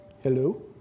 Hello